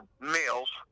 males